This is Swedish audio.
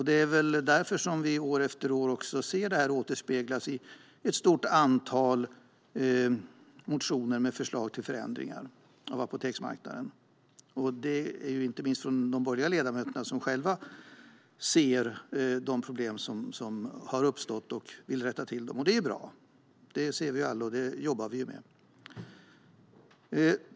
Det är väl därför som vi år efter år ser det återspeglas i ett stort antal motioner med förslag till förändringar av apoteksmarknaden, inte minst från borgerliga ledamöter som själva ser de problem som har uppstått och vill rätta till dem, och det är ju bra. Vi ser alla det här, och vi jobbar med det.